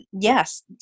Yes